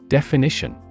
Definition